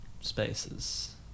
spaces